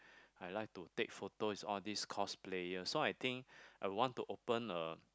I like to take photos all these cause players so I think I will want to open a